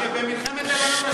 כשבמלחמת לבנון השנייה,